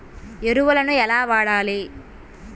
ఎరువులను ఎలా వాడాలి?